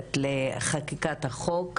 הכנסת לחקיקת החוק,